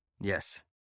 Yes